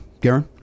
Garen